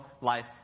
Life